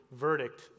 verdict